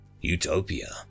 Utopia